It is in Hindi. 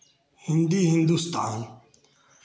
हिन्दी हिंदुस्तान